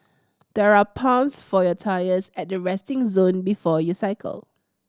there are pumps for your tyres at the resting zone before you cycle